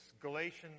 Galatians